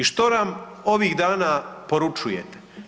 I što nam ovih dana poručujete?